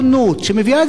שנפתחה חנות,